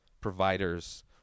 providers